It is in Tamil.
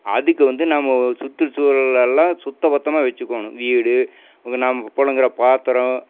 அதுக்கு வந்து நம்ம சுற்றுச்சூழலெல்லாம் சுத்தப்பத்தமாக வச்சிக்கணும் வீடு நம்ம புழங்குற பாத்திரம்